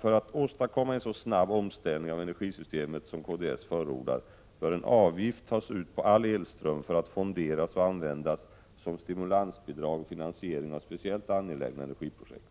För att åstadkomma en så snabb omställning av energisystemet som kds förordar bör en avgift tas ut på all elström, att fonderas och användas som stimulansbidrag och finansiering av speciellt angelägna energiprojekt.